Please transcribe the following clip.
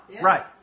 Right